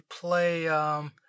play